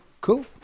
cool